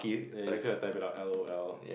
ya you just type it out L_O_L